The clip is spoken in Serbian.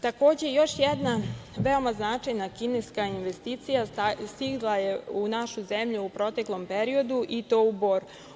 Takođe, još jedna veoma značajna kineska investicija stigla je u našu zemlju u proteklom periodu i to u Bor.